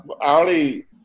Ali